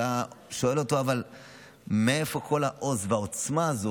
אתה שואל אותו: אבל מאיפה כל העוז והעוצמה האלה